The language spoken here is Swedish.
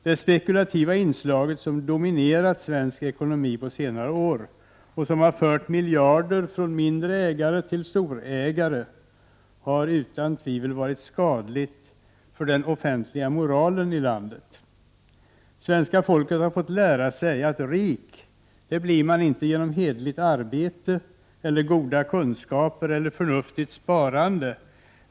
Det spekulativa inslaget, som dominerat svensk ekonomi på senare år och som fört miljarder från mindre ägare till storägare, har utan tvivel varit skadligt för den offentliga moralen i landet. Svenska folket har fått lära sig att rik blir man inte genom hederligt arbete, goda kunskaper eller förnuftigt sparande.